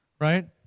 right